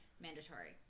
mandatory